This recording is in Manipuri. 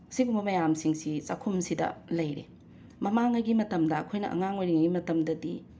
ꯁꯤꯒꯨꯝꯕ ꯃꯌꯥꯝꯁꯤꯡꯁꯤ ꯆꯥꯛꯈꯨꯁꯤꯗ ꯂꯩꯔꯤ ꯃꯃꯥꯡꯉꯩꯒꯤ ꯃꯇꯝꯗ ꯑꯈꯣꯏꯅ ꯑꯉꯥꯡ ꯑꯣꯏꯔꯤꯉꯩꯒꯤ ꯃꯇꯝꯗꯗꯤ